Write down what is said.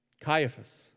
Caiaphas